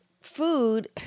food